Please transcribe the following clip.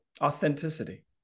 Authenticity